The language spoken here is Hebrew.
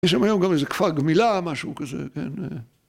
‫יש שם היום גם איזה כפר גמילה ‫או משהו כזה, כן?